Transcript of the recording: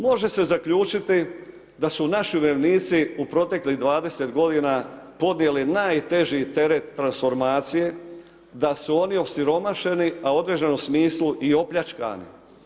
Može se zaključiti da su naši umirovljenici u proteklih 20 godina podnijeli najteži teret transformacije, da su oni osiromašeni, a u odvaženom smislu i opljačkani.